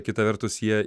kita vertus jie